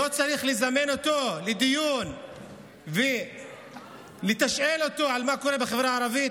לא צריך לזמן אותו לדיון ולתשאל אותו על מה קורה בחברה הערבית?